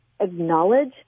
acknowledge